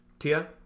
Tia